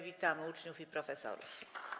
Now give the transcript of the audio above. Witamy uczniów i profesorów.